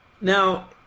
Now